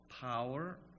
power